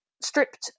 stripped